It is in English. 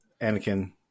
Anakin